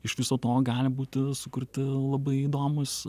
iš viso to gali būti sukurti labai įdomūs